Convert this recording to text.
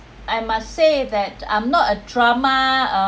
I must say that I'm not a drama uh